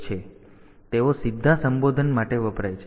તેથી તેઓ સીધા સંબોધન માટે વપરાય છે